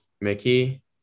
Mickey